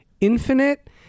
infinite